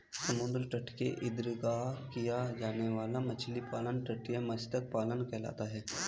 समुद्र तट के इर्द गिर्द किया जाने वाला मछली पालन तटीय मत्स्य पालन कहलाता है